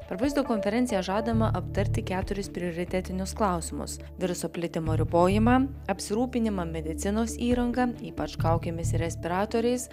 per vaizdo konferenciją žadama aptarti keturis prioritetinius klausimus viruso plitimo ribojimą apsirūpinimą medicinos įranga ypač kaukėmis respiratoriais